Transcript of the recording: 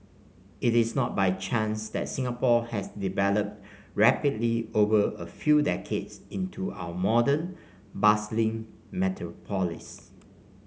it is not by chance that Singapore has developed rapidly over a few decades into our modern bustling metropolis